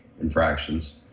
infractions